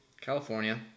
California